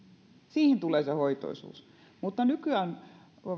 siihen tulee se hoitoisuus mutta nykyään